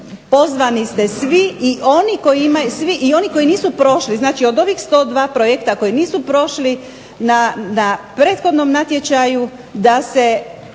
pozvani ste svi i oni koji nisu prošli, od 102 projekta koji nisu prošli na prethodnom natječaju da se